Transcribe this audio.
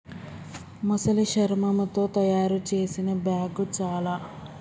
మొసలి శర్మముతో తాయారు చేసిన బ్యాగ్ చాల